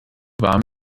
warm